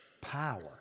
power